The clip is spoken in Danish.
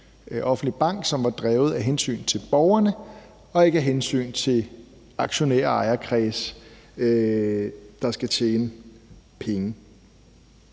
offentlig bank, som var drevet af hensyn til borgerne og ikke af hensyn til aktionærer og ejerkreds, der skal tjene penge.